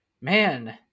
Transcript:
man